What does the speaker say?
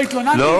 לא התלוננתי.